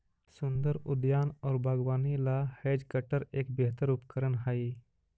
सुन्दर उद्यान और बागवानी ला हैज कटर एक बेहतर उपकरण हाई